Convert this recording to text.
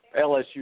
LSU